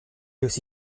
aussi